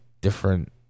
different